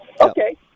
Okay